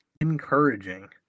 encouraging